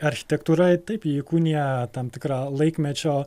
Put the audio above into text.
architektūra taip ji įkūnija tam tikrą laikmečio